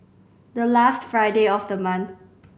the last Friday of the month